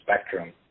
spectrum